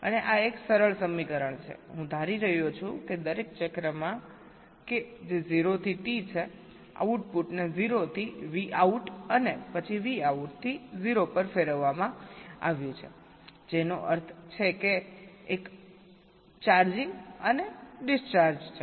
અને આ એક સરળ સમીકરણ છે હું ધારી રહ્યો છું કે દરેક ચક્રમાં કે જે 0 થી T છે આઉટપુટને 0 થી Vout અને પછી Vout થી 0 પર ફેરવવામાં આવ્યું છે જેનો અર્થ છે કે એક ચાર્જિંગ અને ડિસ્ચાર્જ છે